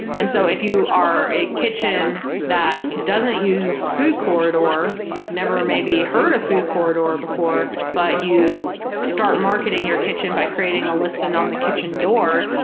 and so if you are a kitchen that doesn't use food corridor, never maybe heard food corridor before but you start marketing your kitchen by creating a listing on the kitchen door,